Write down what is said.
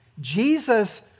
Jesus